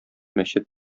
мәчет